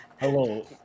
Hello